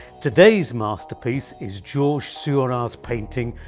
today's masterpiece is georges seurat's painting,